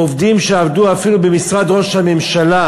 עובדים שעבדו אפילו במשרד ראש הממשלה,